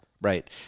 Right